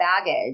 baggage